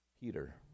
peter